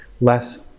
less